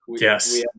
yes